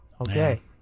Okay